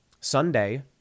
Sunday